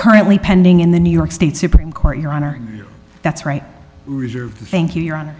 currently pending in the new york state supreme court your honor that's right reserved thank you your hon